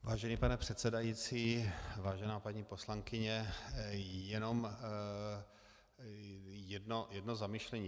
Vážený pane předsedající, vážená paní poslankyně, jenom jedno zamyšlení.